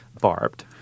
barbed